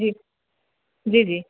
जी जी जी